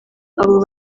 abo